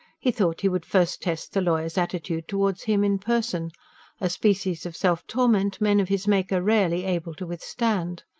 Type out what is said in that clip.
he thought he would first test the lawyer's attitude towards him in person a species of self-torment men of his make are rarely able to withstand.